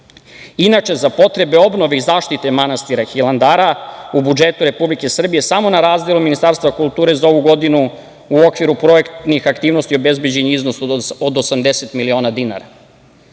dinara. Inače, za potrebe obnove i zaštite manastira Hilandara u budžetu Republike Srbije samo na razdelu Ministarstva kulture za ovu godinu u okviru projektnih aktivnosti obezbeđen je iznos od 80.000.000.Koliko